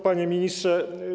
Panie Ministrze!